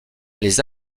les